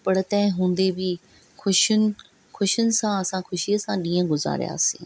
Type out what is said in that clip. पर तंहिं हूंदे बि ख़ुशियुनि ख़ुशियुनि सां असां ख़ुशीअ सां ॾींहं गुज़ारियासीं